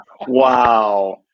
Wow